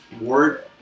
word